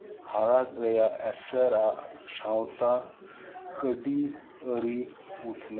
ᱟᱨ ᱯᱷᱟᱨᱟᱠ ᱨᱮᱭᱟᱜ ᱮ ᱮᱥᱮᱨᱟ ᱠᱟᱹᱣᱰᱤ ᱟᱹᱨᱤ ᱩᱛᱱᱟᱹᱣ